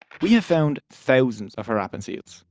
we've found thousands of harappan seals.